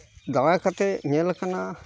ᱫᱟᱬᱟ ᱠᱟᱛᱮᱫ ᱧᱮᱞᱟᱠᱟᱱᱟ